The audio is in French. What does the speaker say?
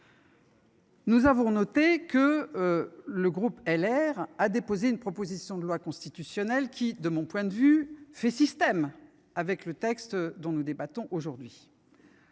Nous avons noté que le groupe Les Républicains avait déposé une proposition de loi constitutionnelle qui, de mon point de vue, fait système avec le texte dont nous débattons aujourd’hui.